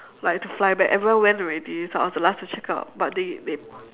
like I have to fly back everyone went already so I was the last to check out but they they